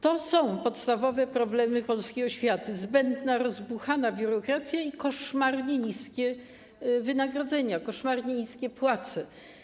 To są podstawowe problemy polskiej oświaty: zbędna, rozbuchana biurokracja i koszmarnie niskie wynagrodzenia, koszmarnie niskie płace.